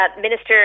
Minister